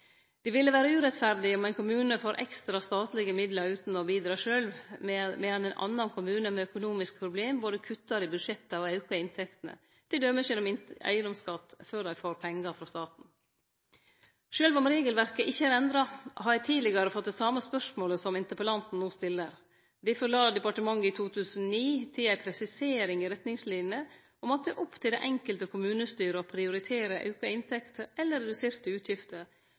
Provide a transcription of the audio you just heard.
ville vere urettferdig om éin kommune får ekstra statlege midlar utan å bidra sjølv, medan ein annan kommune med økonomiske problem både kuttar i budsjetta og aukar inntektene, t.d. gjennom eigedomsskatt, før dei får pengar frå staten. Sjølv om regelverket ikkje er endra, har eg tidlegare fått det same spørsmålet som interpellanten no stiller. Difor la departementet i 2009 til ei presisering i retningslinene om at det er opp til det enkelte kommunestyret å prioritere auka inntekter eller reduserte utgifter